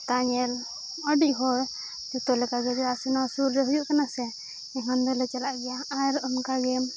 ᱯᱟᱛᱟ ᱧᱮᱞ ᱟᱹᱰᱤ ᱦᱚᱲ ᱡᱚᱛᱚ ᱞᱮᱠᱟᱜᱮ ᱪᱮᱫᱟᱜ ᱥᱮ ᱱᱚᱣᱟ ᱥᱩᱨ ᱨᱮ ᱦᱩᱭᱩᱜ ᱠᱟᱱᱟ ᱥᱮ ᱮᱠᱷᱚᱱ ᱫᱚᱞᱮ ᱪᱟᱞᱟᱜ ᱜᱮᱭᱟ ᱟᱨ ᱚᱱᱠᱟᱜᱮ